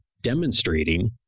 demonstrating